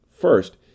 First